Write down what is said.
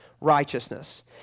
righteousness